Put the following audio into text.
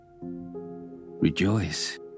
Rejoice